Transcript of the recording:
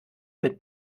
mit